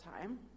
time